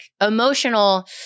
Emotional